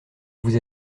vous